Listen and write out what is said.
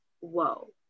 whoa